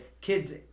kids